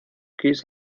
kiss